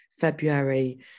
February